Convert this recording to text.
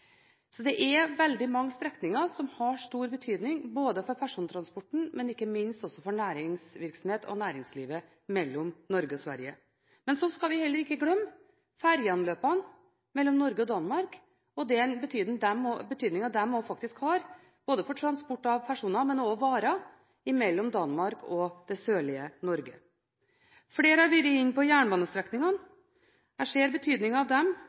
for næringsvirksomhet og næringslivet. Så skal vi heller ikke glemme ferjeanløpene mellom Norge og Danmark og den betydningen de også faktisk har, både for transport av personer og av varer mellom Danmark og det sørlige Norge. Flere har vært inne på jernbanestrekningene. Jeg ser betydningen av dem.